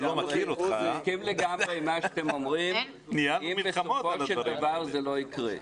אני מסכים לגמרי עם מה שאתם אומרים אם בסופו של דבר זה לא יקרה.